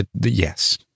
Yes